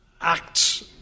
acts